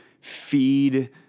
feed